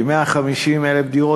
כי 150,000 דירות,